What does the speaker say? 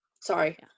sorry